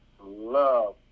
love